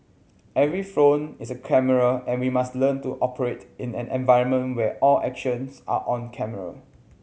every phone is a camera and we must learn to operate in an environment where all actions are on camera